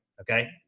Okay